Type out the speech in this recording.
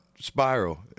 spiral